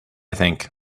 think